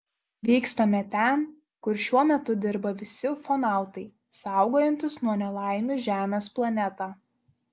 vykstame ten kur šiuo metu dirba visi ufonautai saugojantys nuo nelaimių žemės planetą